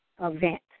event